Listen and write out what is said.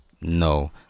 No